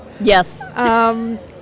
Yes